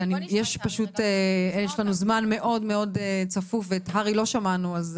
ויש לנו זמן מאוד מאוד צפוף ואת הר"י לא שמענו.